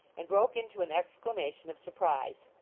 and broke into an exclamation of surprise.